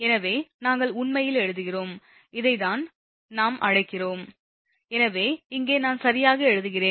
எனவே நாங்கள் உண்மையில் எழுதுகிறோம் இதைத்தான் நாம் அழைக்கிறோம் இங்கே நான் சரியாக எழுதுகிறேன்